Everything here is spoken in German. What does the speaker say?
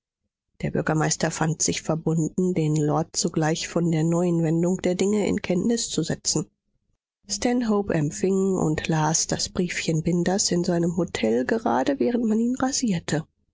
der bürgermeister fand sich verbunden den lord sogleich von der neuen wendung der dinge in kenntnis zu setzen stanhope empfing und las das briefchen binders in seinem hotel gerade während man ihn rasierte